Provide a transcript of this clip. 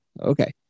Okay